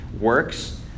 works